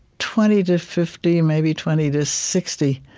twenty to fifty maybe twenty to sixty,